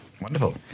Wonderful